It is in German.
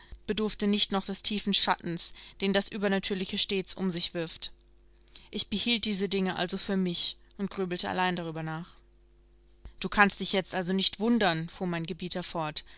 bedurfte nicht noch des tiefen schattens den das übernatürliche stets um sich wirft ich behielt diese dinge also für mich und grübelte allein darüber nach du kannst dich jetzt also nicht wundern fuhr mein gebieter fort